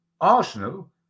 Arsenal